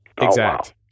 exact